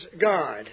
God